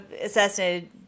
Assassinated